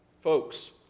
Folks